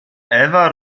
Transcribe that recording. ewa